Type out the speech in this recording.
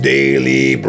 Daily